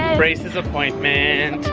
braces appointment.